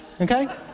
okay